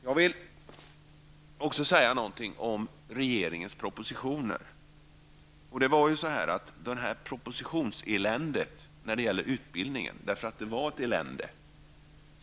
Jag vill också säga något om regeringens propositioner. Det har funnits ett propositionselände när det gäller utbildningen, där frågor sönderhackats.